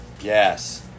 Yes